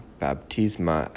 baptisma